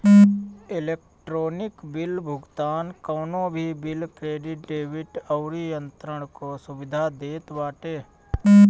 electronic bill भुगतान कवनो भी बिल, क्रेडिट, डेबिट अउरी अंतरण कअ सुविधा देत बाटे